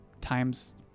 times